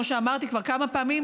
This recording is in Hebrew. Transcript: כמו שאמרתי כבר כמה פעמים,